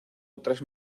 otras